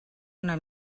una